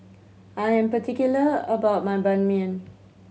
I'm particular about my Ban Mian